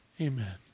amen